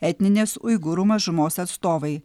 etninės uigūrų mažumos atstovai